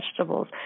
vegetables